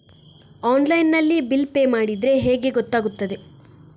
Online ನಲ್ಲಿ bill pay ಮಾಡಿದ್ರೆ ಹೇಗೆ ಗೊತ್ತಾಗುತ್ತದೆ?